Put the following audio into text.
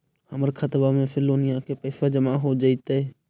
हमर खातबा में से लोनिया के पैसा जामा हो जैतय?